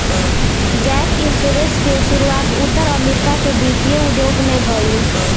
gap insurance के शुरुआत उत्तर अमेरिका के वित्तीय उद्योग में भईल